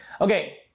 Okay